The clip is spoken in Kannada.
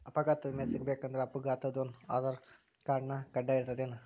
ಅಪಘಾತ್ ವಿಮೆ ಸಿಗ್ಬೇಕಂದ್ರ ಅಪ್ಘಾತಾದೊನ್ ಆಧಾರ್ರ್ಕಾರ್ಡ್ ಕಡ್ಡಾಯಿರ್ತದೇನ್?